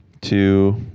two